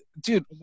dude